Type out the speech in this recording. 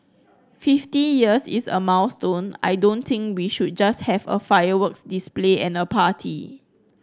fifty years is a milestone I don't think we should just have a fireworks display and a party